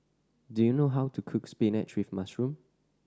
do you know how to cook spinach with mushroom